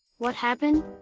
what happened?